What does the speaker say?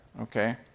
Okay